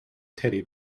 teddy